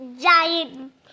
giant